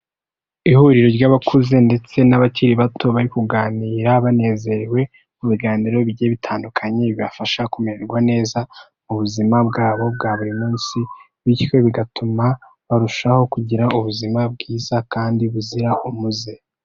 Ihuriro ry'abakuze ndetse n'abakiri bato bari kuganira banezerewe mu biganiro bigiye bitandukanye, bibafasha kumererwa neza mu buzima bwabo bwa buri munsi, bityo bigatuma barushaho kugira ubuzima bwiza kandi buzira umuze.